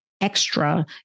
Extra